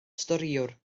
storïwr